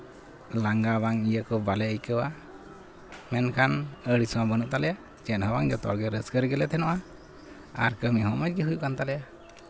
ᱞᱟᱸᱜᱟ ᱵᱟᱝ ᱤᱭᱟᱹ ᱠᱚ ᱵᱟᱞᱮ ᱟᱹᱭᱠᱟᱹᱣᱟ ᱢᱮᱱᱠᱷᱟᱱ ᱟᱹᱲᱤᱥ ᱦᱚᱸ ᱵᱟᱹᱱᱩᱜ ᱛᱟᱞᱮᱭᱟ ᱪᱮᱫ ᱦᱚᱸ ᱵᱟᱝ ᱡᱚᱛᱚ ᱦᱚᱲᱜᱮ ᱨᱟᱹᱥᱠᱟᱹ ᱨᱮᱜᱮᱞᱮ ᱛᱟᱦᱮᱱᱟ ᱟᱨ ᱠᱟᱹᱢᱤ ᱦᱚᱸ ᱢᱚᱡᱽ ᱜᱮ ᱦᱩᱭᱩᱜ ᱠᱟᱱ ᱛᱟᱞᱮᱭᱟ